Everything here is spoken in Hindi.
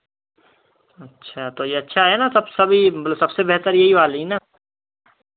अच्छा तो ये अच्छा है ना सब ये सबसे बेहतर यही वाली ना